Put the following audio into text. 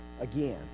again